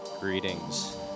Greetings